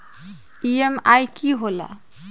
EMI की होला?